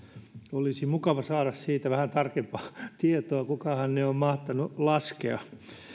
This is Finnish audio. olisi mukava saada siitä vähän tarkempaa tietoa kukahan ne on mahtanut laskea